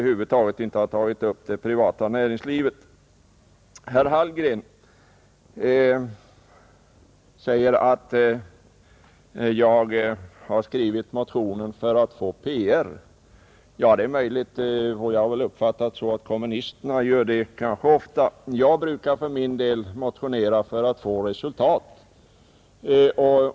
Herr Hallgren påstår att jag skrivit motionen för att få PR. Det är möjligt att kommunisterna ofta gör så, jag brukar för min del motionera för att nå resultat.